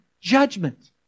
judgment